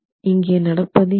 இங்கே நடப்பது என்ன